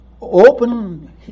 open